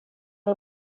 har